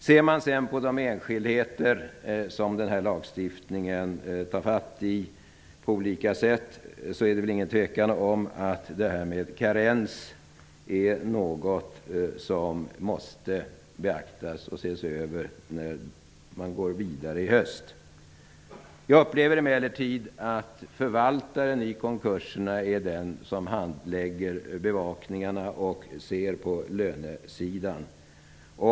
Ser man sedan på de enskildheter som lagstiftningen på olika sätt håller efter, råder det inget tvivel om att frågan om karens måste beaktas och ses över när arbetet går vidare i höst. Jag upplever emellertid att det är förvaltaren i konkursen som handlägger bevakningarna och ser över lönerna.